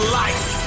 life